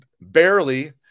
barely